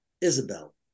Isabel